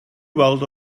weld